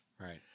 Right